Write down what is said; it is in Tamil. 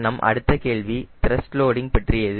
நம் அடுத்த கேள்வி த்ரஸ்ட் லோடிங் பற்றியது